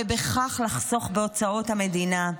ובכך לחסוך בהוצאות המדינה.